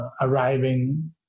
arriving